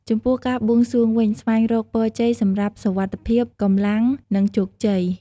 ចំពោះ ការបួងសួងវិញ ស្វែងរកពរជ័យសម្រាប់សុវត្ថិភាព កម្លាំង និងជោគជ័យ។